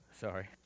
sorry